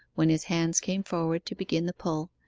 when his hands came forward to begin the pull,